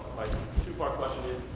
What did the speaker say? my two-part question is,